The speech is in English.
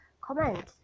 comment